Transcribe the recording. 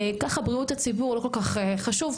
ככה בריאות הציבור לא כל כך חשוב,